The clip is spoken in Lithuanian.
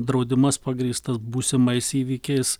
draudimas pagrįstas būsimais įvykiais